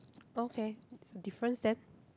okay that's a difference then